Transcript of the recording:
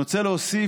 אני רוצה להוסיף,